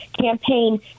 campaign